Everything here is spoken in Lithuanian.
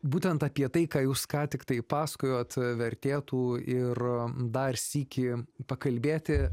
būtent apie tai ką jūs ką tik tai pasakojot vertėtų ir dar sykį pakalbėti